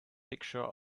pictures